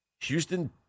Houston